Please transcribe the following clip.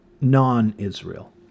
non-Israel